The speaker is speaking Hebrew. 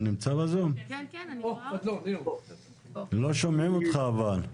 אני חתמתי הסכם עם רמ"י,